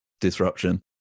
disruption